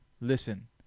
listen